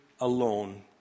Alone